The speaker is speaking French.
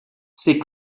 ces